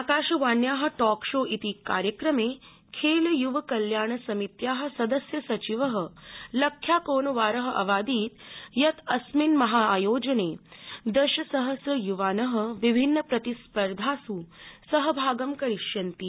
आकाशवाण्या talk show कार्यक्रमे खेल य्व कल्याण समित्या सदस्य सचिव लख्याकोनवार अवादीत् यत् अस्मिन् महा आयोजने दश सहस्र युवान विभिन्न प्रतिस्पर्धासु सहभागं करिष्यन्ति